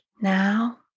Now